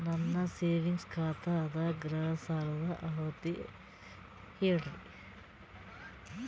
ನನ್ನ ಸೇವಿಂಗ್ಸ್ ಖಾತಾ ಅದ, ಗೃಹ ಸಾಲದ ಅರ್ಹತಿ ಹೇಳರಿ?